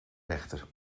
rechter